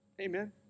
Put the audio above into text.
Amen